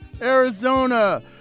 Arizona